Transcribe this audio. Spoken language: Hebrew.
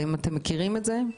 האם אתם מכירים את זה?